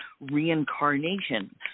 reincarnation